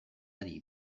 adi